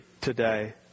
today